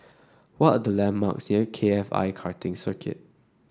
what are the landmarks K F I Karting Circuit